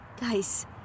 Guys